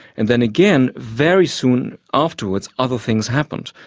and then again, very soon afterwards other things happened,